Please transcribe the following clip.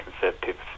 Conservatives